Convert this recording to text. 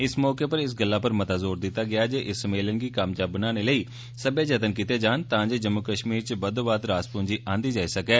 इस मौके उप्पर इस गल्ला पर मता जोर दित्ता गेआ जे इस सम्मेलन गी कामयाब बनाने लेई सब्बै जतन कीते जान तांजे जम्मू कष्मीर च बद्दोबद्व रास पूंजी आंदी जाई सकै